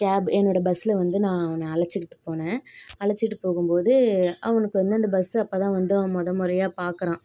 gap என்னோட பஸ்ஸில் வந்து நான் அவனை அழைச்சிகிட்டு போனேன் அழைச்சிட்டு போகும்போது அவனுக்கு வந்து அந்த பஸ்ஸு அப்போதான் வந்து அவன் மொதமுறையா பாக்கிறான்